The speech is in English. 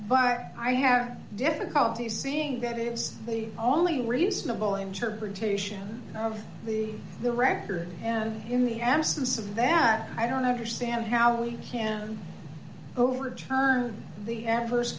but i have difficulty seeing that it is the only reasonable interpretation of the the record and in the absence of that i don't understand how we can overturn the adverse